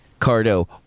cardo